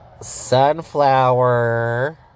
Sunflower